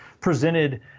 presented